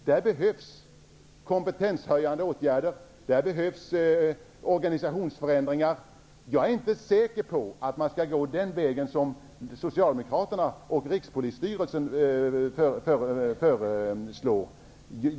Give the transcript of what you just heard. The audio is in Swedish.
Där behövs kompetenshöjande åtgärder, och det behövs organisationsförändringar. Jag är inte säker på att man skall gå den väg som Socialdemokraterna och Rikspolisstyrelsen föreslår.